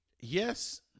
yes